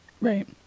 Right